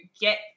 get